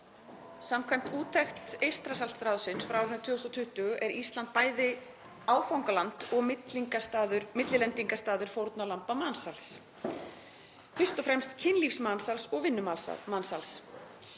Samkvæmt úttekt Eystrasaltsráðsins frá árinu 2020 er Ísland bæði áfangaland og millilendingarstaður fórnarlamba mansals, fyrst og fremst kynlífsmansals og vinnumansals.